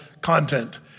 content